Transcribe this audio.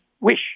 wish